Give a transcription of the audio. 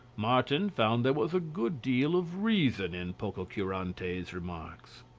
martin found there was a good deal of reason in pococurante's remarks.